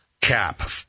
cap